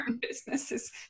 businesses